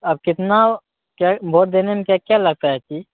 आप कितना भोट देने में क्या क्या लगता है जी